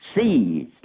seized